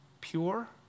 pure